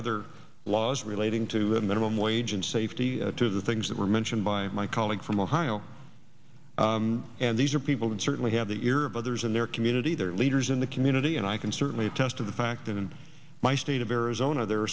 other laws relating to the minimum wage and safety to the things that were mentioned by my colleague from ohio and these are people who certainly have the ear of others in their community their leaders in the community and i can certainly attest to the fact that in my state of arizona there are